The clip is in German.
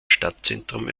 stadtzentrum